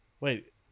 wait